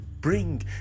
bring